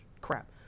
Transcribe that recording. Crap